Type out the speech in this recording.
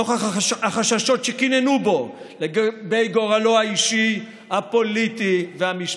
נוכח החששות שקיננו בו על גורלו האישי הפוליטי והמשפטי.